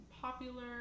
popular